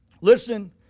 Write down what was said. Listen